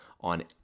on